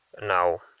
now